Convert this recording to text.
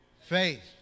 Faith